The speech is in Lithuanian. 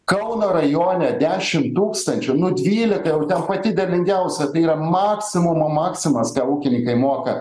kauno rajone dešim tūkstančių nu dvylika jau ten pati derlingiausia tai yra maksimumo maksimas ką ūkininkai moka